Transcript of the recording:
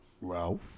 Ralph